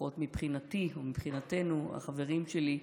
לפחות מבחינתי, ומבחינתנו, החברים שלי,